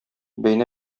бәйнә